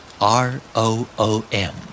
R-O-O-M